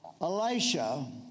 Elisha